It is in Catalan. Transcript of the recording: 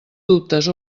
dubtes